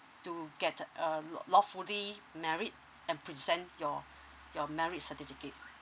to get uh la~ lawfully married and present your your married certificate